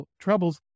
troubles